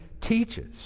teaches